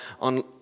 on